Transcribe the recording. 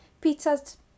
Pizzas